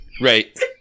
Right